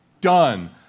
Done